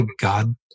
God